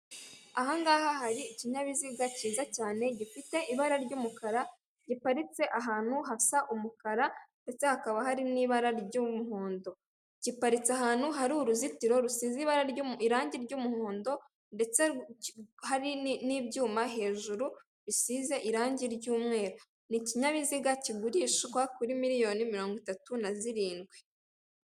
Ahangaha hari ikinyabiziga cyiza cyane gifite ibara ry'umukara giparitse ahantu hasa umukara ndetse hakaba hari n'ibara ry'umuhondo giparitse ahantu hari uruzitiro rusize irangi ry'umuhondo ndetse hari n'ibyuma hejuru bisize irangi ry'umweru ni ikinyabiziga kigurishwa kuri miliyoni mirongo itatu na zirindwi .